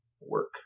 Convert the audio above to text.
work